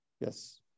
yes